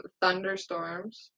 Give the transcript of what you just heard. thunderstorms